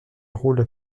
rôles